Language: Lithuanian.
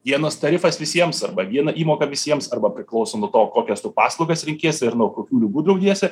vienas tarifas visiems arba viena įmoka visiems arba priklauso nuo to kokias tu paslaugas renkiesi ir nuo kokių ligų draudiesi